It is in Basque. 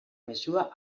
mezua